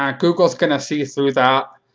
um google is going to see through that.